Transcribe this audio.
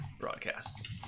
broadcasts